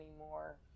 anymore